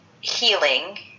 healing